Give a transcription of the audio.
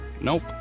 Nope